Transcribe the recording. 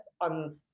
on